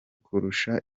kurusha